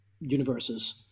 universes